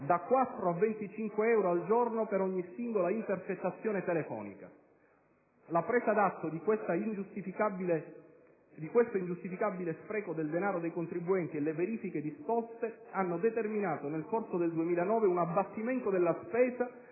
da 4 a 25 euro al giorno per ogni singola intercettazione telefonica. La presa d'atto di questo ingiustificabile spreco del denaro dei contribuenti e le verifiche disposte hanno determinato nel corso del 2009 un abbattimento della spesa,